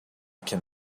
can